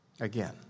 again